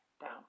down